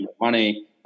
money